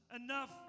enough